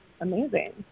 Amazing